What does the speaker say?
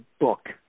book